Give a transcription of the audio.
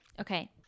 Okay